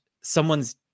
someone's